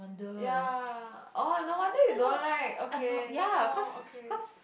ya oh no wonder you don't like okay no okay